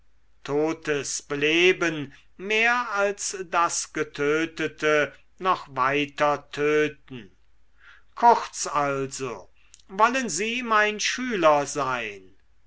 totes beleben mehr als das getötete noch weiter töten kurz also wollen sie mein schüler sein